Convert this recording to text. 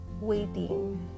waiting